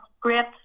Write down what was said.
great